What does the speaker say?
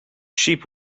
sheep